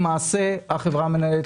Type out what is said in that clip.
למעשה החברה המנהלת,